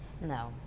No